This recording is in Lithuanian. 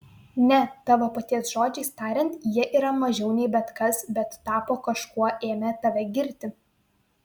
ne tavo paties žodžiais tariant jie yra mažiau nei bet kas bet tapo kažkuo ėmę tave girti